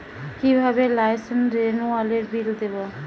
কিভাবে লাইসেন্স রেনুয়ালের বিল দেবো?